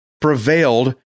prevailed